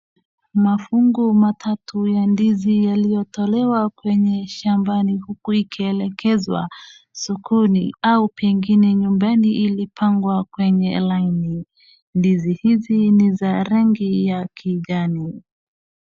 Mafungu matatu ya ndizi yaliyotolewa kwenye shambani uku ikielekezwa sokoni au pengine nyumbani ilipangwa kwenye laini. Ndizi hizi ni za rangi ya kijani.